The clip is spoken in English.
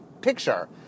picture